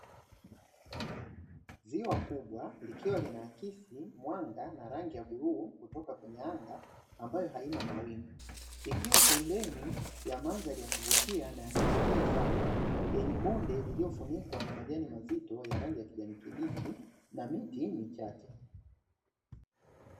Ziwa kubwa likiwa linaakisi mwanga na rangi ya bluu kutoka kwenye anga ambayo halina mawingu, ikiwa pembeni ya madhari ya kuvutia na ya kipekee sana yenye bonde lililofunikwa na majani mazito ya rangi ya kijani kibichi na miti michache.